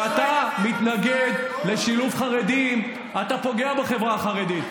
כשאתה מתנגד לשילוב חרדים אתה פוגע בחברה החרדית.